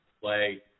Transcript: play